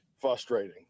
frustrating